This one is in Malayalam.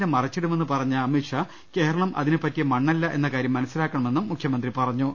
നെ മറിച്ചിടുമെന്ന് പറഞ്ഞ അമിത്ഷാ കേരളം അതിന് പറ്റിയ മണ്ണല്ല എന്ന് കാര്യം മനസ്സിലാക്കണമെന്നും മുഖ്യമന്ത്രി പറ ഞ്ഞു